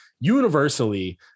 universally